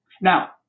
Now